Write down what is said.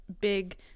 big